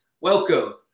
Welcome